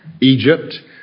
Egypt